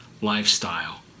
lifestyle